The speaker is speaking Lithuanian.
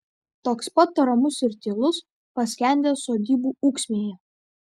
toks pat ramus ir tylus paskendęs sodybų ūksmėje